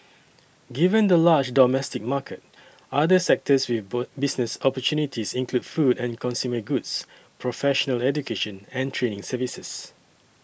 given the large domestic market other sectors with business opportunities include food and consumer goods professional education and training services